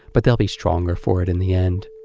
but they'll be stronger for it in the end.